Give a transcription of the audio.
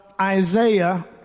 Isaiah